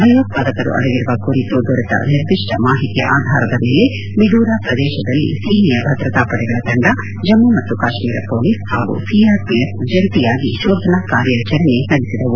ಭಯೋತ್ಪಾದಕರು ಅಡಗಿರುವ ಕುರಿತು ದೊರೆತ ನಿರ್ದಿಷ್ಟ ಮಾಹಿತಿಯ ಆಧಾರದ ಮೇಲೆ ಮಿಡೂರಾ ಪ್ರದೇಶದಲ್ಲಿ ಸೇನೆಯ ಭದ್ರತಾ ಪಡೆಗಳ ತಂಡ ಜಮ್ಮ ಮತ್ತು ಕಾಶ್ಮೀರ ಪೊಲೀಸ್ ಹಾಗೂ ಸಿಆರ್ ಪಿ ಆಫ್ ಜಂಟಿಯಾಗಿ ಶೋಧನಾ ಕಾರ್ಯಾಚರಣೆ ನಡೆಸಿದವು